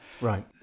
Right